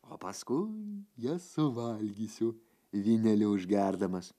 o paskui jas suvalgysiu vyneliu užgerdamas